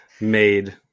made